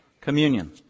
Communion